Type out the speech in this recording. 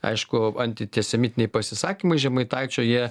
aišku anti tie semitiniai pasisakymai žemaitaičio jie